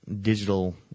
digital